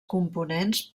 components